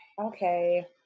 okay